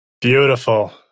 Beautiful